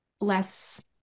less